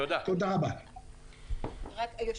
אדוני היושב-ראש,